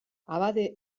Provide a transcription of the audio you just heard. abade